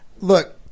Look